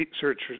search